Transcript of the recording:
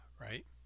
right